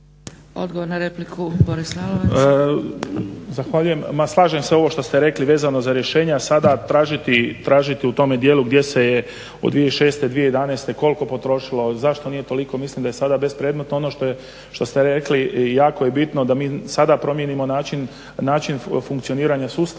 Odgovor na repliku Boris Lalovac.